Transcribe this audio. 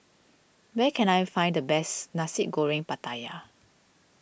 where can I find the best Nasi Goreng Pattaya